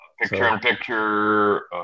picture-in-picture